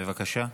בבקשה.